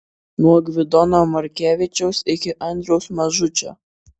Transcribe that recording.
nuo gvidono markevičiaus iki andriaus mažučio